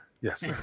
Yes